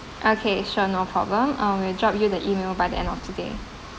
okay sure no problem um we'll drop you the email by the end of today